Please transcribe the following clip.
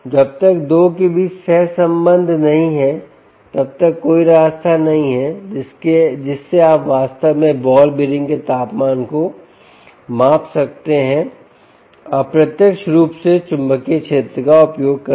जब तक 2 के बीच सहसंबंध नहीं है तब तक कोई रास्ता नहीं है जिससे आप वास्तव में बॉल बेयरिंग के तापमान को माप सकते हैं अप्रत्यक्ष रूप से चुंबकीय क्षेत्र का उपयोग करके